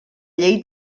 llei